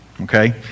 okay